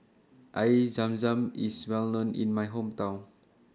Air Zam Zam IS Well known in My Hometown